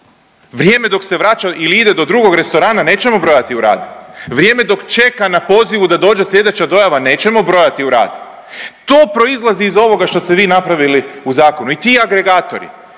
Vrijeme dok se vraća ili ide do drugo restorana nećemo brojati u rad? Vrijeme dok čeka na poziv da dođe sljedeća dojava nećemo brojati u rad? To proizlazi iz ovoga što ste vi napravili u zakonu i ti agregatori.